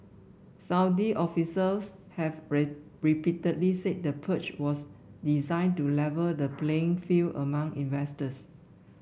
Saudi officials have repeatedly said the purge was designed to level the playing field among investors